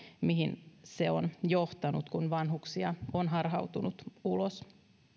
mihin se on johtanut kun vanhuksia on harhautunut ulos